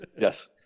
Yes